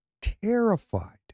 terrified